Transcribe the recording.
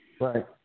right